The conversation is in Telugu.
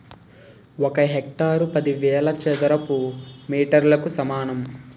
ఒక హెక్టారు పదివేల చదరపు మీటర్లకు సమానం